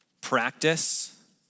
practice